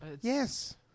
Yes